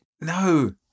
No